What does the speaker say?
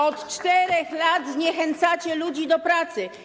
Od 4 lat zniechęcacie ludzi do pracy.